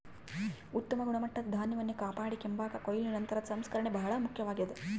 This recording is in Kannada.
ಉತ್ತಮ ಗುಣಮಟ್ಟದ ಧಾನ್ಯವನ್ನು ಕಾಪಾಡಿಕೆಂಬಾಕ ಕೊಯ್ಲು ನಂತರದ ಸಂಸ್ಕರಣೆ ಬಹಳ ಮುಖ್ಯವಾಗ್ಯದ